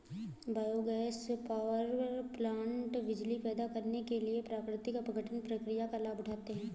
biogas power plant बिजली पैदा करने के लिए प्राकृतिक अपघटन प्रक्रिया का लाभ उठाते हैं